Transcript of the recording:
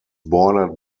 bordered